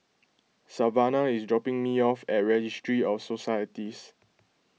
Savannah is dropping me off at Registry of Societies